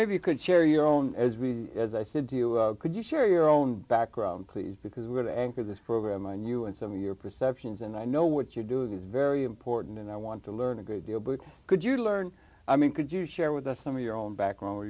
maybe you could share your own as we as i said to you could you share your own background please because what anchor this program and you and some of your perceptions and i know what you're doing is very important and i want to learn a great deal but could you learn i mean could you share with us some of your own background where